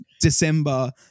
December